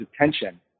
attention